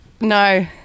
no